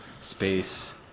space